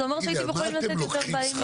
זה אומר שהייתם יכולים לתת יותר --- תגידי,